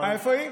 איפה היא?